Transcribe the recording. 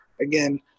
again